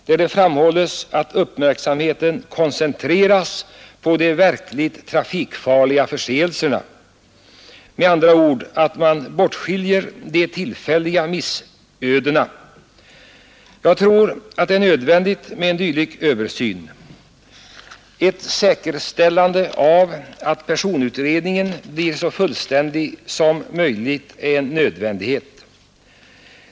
Det framhålles i denna motion att uppmärksamheten bör koncentreras på de verkligt trafikfarliga förseelserna, med andra ord att man bortskiljer de tillfälliga missödena. Jag tror det är nödvändigt med en dylik översyn. Ett säkerställande av att personutredningen blir så fullständig som möjligt är en nödvändighet.